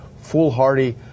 foolhardy